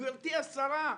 גברתי השרה,